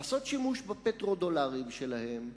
לעשות שימוש בפטרו-דולרים שלהם,